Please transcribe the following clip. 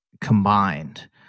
combined